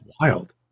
wild